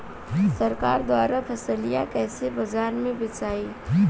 सरकार द्वारा फसलिया कईसे बाजार में बेचाई?